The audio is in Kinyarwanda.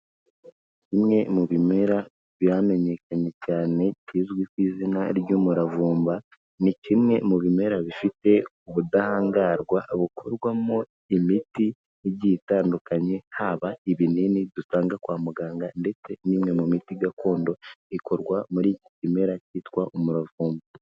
Kimwe mu bimera byamenyekanye cyane kizwi ku izina ry'umuravumba, ni kimwe mu bimera bifite ubudahangarwa, bikorwamo imiti igiye itandukanye, haba ibinini dusanga kwa muganga ndetse n'imwe mu miti gakondo ikorwa muri iki kimera cyitwa umuravumba.